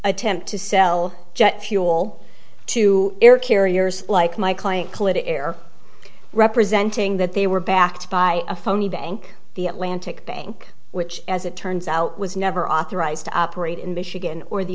attempt to sell jet fuel to air carriers like my client kalid air representing that they were backed by a phony bank the atlantic bank which as it turns out was never authorized to operate in michigan or the